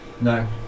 No